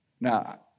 Now